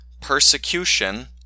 persecution